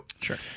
Sure